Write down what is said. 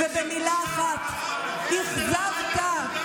במילה אחת, אכזבת.